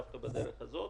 דווקא בדרך הזאת,